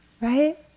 right